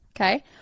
okay